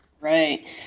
Right